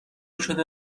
شده